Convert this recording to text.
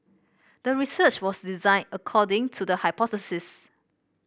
the research was designed according to the hypothesis